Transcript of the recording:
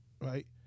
right